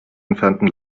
entfernten